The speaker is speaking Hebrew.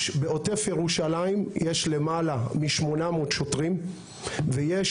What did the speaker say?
בעוטף ירושלים יש למעלה מ-800 שוטרים ויש